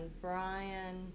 Brian